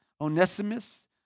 Onesimus